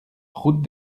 route